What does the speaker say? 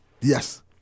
Yes